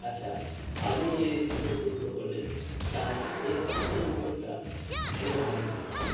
আচ্ছা আপনি যে দুটো প্রশ্ন করলেন তার শেষ প্রশ্নের উত্তরটা আমি আগে দিচ্ছি